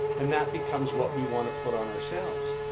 and that becomes what we wanna put on ourselves.